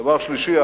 דבר שלישי,